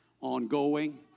ongoing